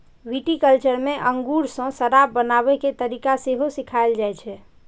viticulture मे अंगूर सं शराब बनाबै के तरीका सेहो सिखाएल जाइ छै